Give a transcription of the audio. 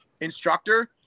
instructor